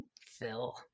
Phil